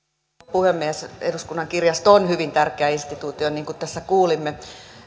puhemies eduskunnan kirjasto on hyvin tärkeä instituutio niin kuin tässä kuulimme